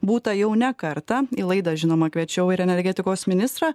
būta jau ne kartą į laidą žinoma kviečiau ir energetikos ministrą